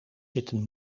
zitten